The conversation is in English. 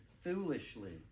foolishly